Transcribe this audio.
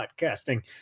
podcasting